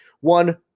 one